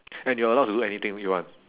and you're allowed to do anything you want